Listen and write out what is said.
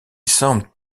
semble